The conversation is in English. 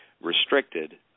restricted